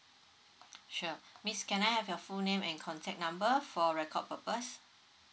sure miss can I have your full name and contact number for record purpose